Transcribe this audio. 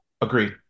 Agreed